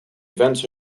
events